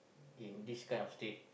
in this kind of state